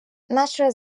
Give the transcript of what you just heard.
наше